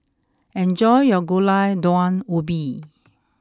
enjoy your Gulai Daun Ubi